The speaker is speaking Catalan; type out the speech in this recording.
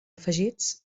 afegits